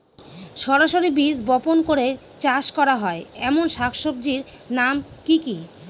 সরাসরি বীজ বপন করে চাষ করা হয় এমন শাকসবজির নাম কি কী?